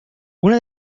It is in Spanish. una